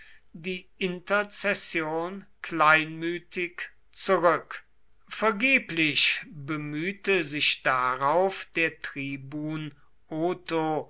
die interzession kleinmütig zurück vergeblich bemühte sich darauf der tribun otho